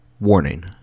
Warning